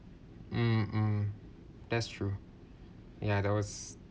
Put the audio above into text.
mm mm that's true yeah that was